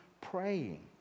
Praying